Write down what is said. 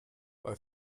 bei